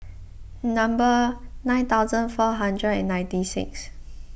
number nine thousand four hundred and ninety sixth